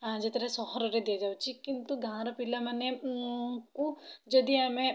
ଯେତେଟା ସହରରେ ଦିଆଯାଉଛି କିନ୍ତୁ ଗାଁ'ର ପିଲାମାନେ ଙ୍କୁ ଯଦି ଆମେ